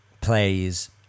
plays